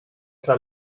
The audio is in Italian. tra